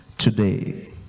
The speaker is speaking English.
today